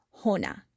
hona